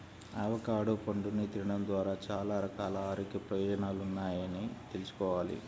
avocado పండుని తినడం ద్వారా చాలా రకాల ఆరోగ్య ప్రయోజనాలున్నాయని తెల్సుకోవాలి